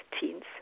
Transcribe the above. teens